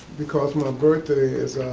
because my birthday is